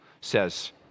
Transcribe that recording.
says